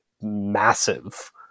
massive